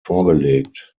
vorgelegt